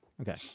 Okay